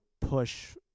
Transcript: push